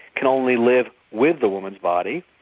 can only live with the woman's body.